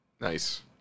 Nice